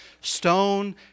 Stone